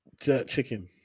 chicken